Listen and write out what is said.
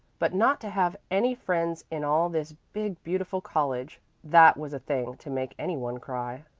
but not to have any friends in all this big, beautiful college that was a thing to make any one cry.